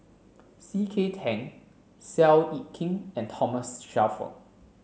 C K Tang Seow Yit Kin and Thomas Shelford